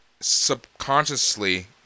subconsciously